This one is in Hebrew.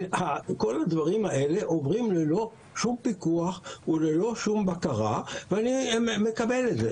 כל הדברים האלה עוברים ללא שום פיקוח וללא שום בקרה ואני מקבל את זה.